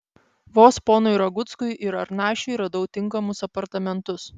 vos ponui raguckui ir arnašiui radau tinkamus apartamentus